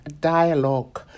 dialogue